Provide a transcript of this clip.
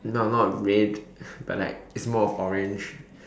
no no not red but like it's more of orange